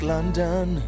London